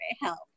Help